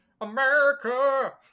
America